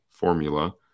formula